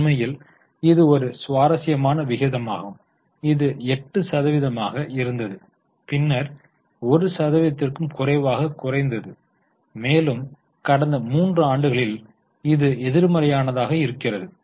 உண்மையில் இது ஒரு சுவாரஸ்யமான விகிதமாகும் இது 8 சதவீதமாக இருந்தது பின்னர் 1 சதவீதத்திற்கும் குறைவாக குறைந்தது மேலும் கடந்த 3 ஆண்டுகளில் இது எதிர்மறையானதாக இருக்கிறது